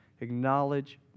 Acknowledge